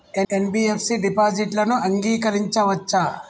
NBFC డిపాజిట్లను అంగీకరించవచ్చా?